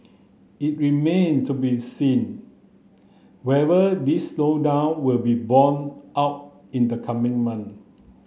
it remain to be seen whether this slowdown will be borne out in the coming month